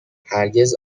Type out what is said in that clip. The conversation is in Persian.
هرگز